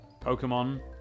Pokemon